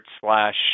slash